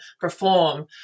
perform